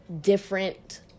different